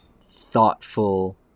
thoughtful